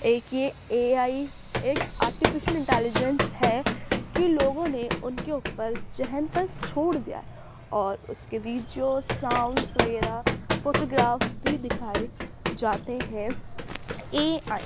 ایک یہ A I ایک آرٹیفیشیل انٹیلیجنس ہے کہ لوگوں نے ان کے اوپر ذہن پر چھوڑ دیا ہے اور اس کے بیچ جو ساؤنڈس وغیرہ فوٹو گراف بھی دکھائے جاتے ہیں اے آئی